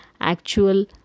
actual